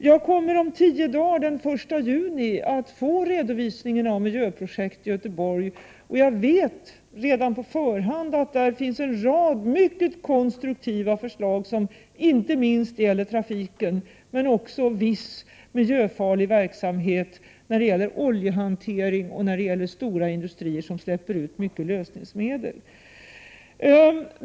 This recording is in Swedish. Jag kommer om tio dagar, den första juni, att få redovisningen om miljöprojektet i Göteborg. Jag vet redan på förhand att där finns en rad mycket konstruktiva förslag, inte minst gällande trafiken, men också gällande viss miljöfarlig verksamhet i fråga om oljehantering och i fråga om stora industrier som släpper ut mycket lösningsmedel.